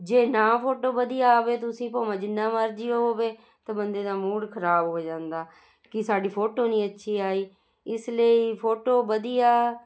ਜੇ ਨਾ ਫੋਟੋ ਵਧੀਆ ਆਵੇ ਤੁਸੀਂ ਭਵਾਂ ਜਿੰਨਾ ਮਰਜ਼ੀ ਉਹ ਹੋਵੇ ਤਾਂ ਬੰਦੇ ਦਾ ਮੂਡ ਖ਼ਰਾਬ ਹੋ ਜਾਂਦਾ ਕਿ ਸਾਡੀ ਫੋਟੋ ਨਹੀਂ ਅੱਛੀ ਆਈ ਇਸ ਲਈ ਫੋਟੋ ਵਧੀਆ